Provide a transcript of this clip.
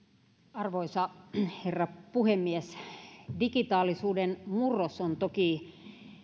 arvoisa herra puhemies digitaalisuuden murros on toki